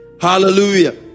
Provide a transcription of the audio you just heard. Hallelujah